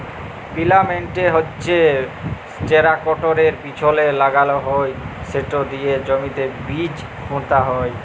পিলান্টের হচ্যে টেরাকটরের পিছলে লাগাল হয় সেট দিয়ে জমিতে বীজ পুঁতা হয়